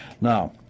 Now